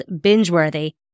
binge-worthy